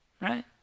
right